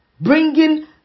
bringing